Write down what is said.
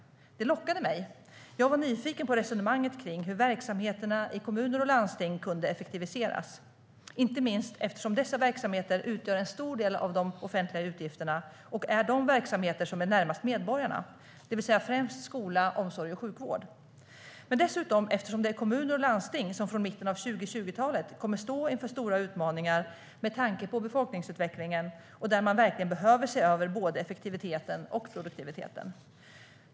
Det lockade mig. Jag var nyfiken på resonemanget kring hur verksamheterna i kommuner och landsting kan effektiviseras, inte minst eftersom dessa verksamheter utgör en stor del av de offentliga utgifterna. De är också de verksamheter som är närmast medborgarna, det vill säga främst skola, omsorg och sjukvård. Det är dessutom kommuner och landsting som från mitten av 2020-talet kommer att stå inför stora utmaningar, med tanke på befolkningsutvecklingen. De behöver verkligen se över både effektiviteten och produktiviteten.